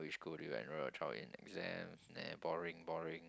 which school do you enroll your child in exams [neh] boring boring